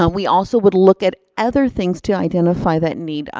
um we also would look at other things to identify that need.